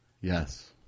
Yes